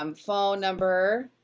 um phone number,